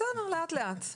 בסדר, לאט לאט.